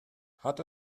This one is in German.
hat